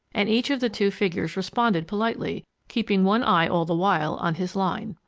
and each of the two figures responded politely keeping one eye all the while on his line.